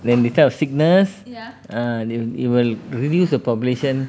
when they start a sickness uh they'll it will reduce the population